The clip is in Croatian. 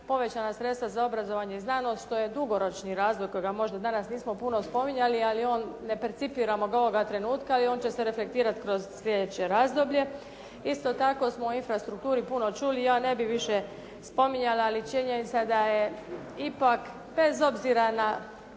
povećana sredstava za obrazovanje i znanost što je dugoročni razvoji kojega danas nismo puno spominjali, ali ga ne percipiramo ovoga trenutka i on će se reflektirati kroz sljedeće razdoblje. Isto tako smo i infrastrukturi puno čuli i ja ne bih više spominjala, ali činjenica da je ipak bez obzira na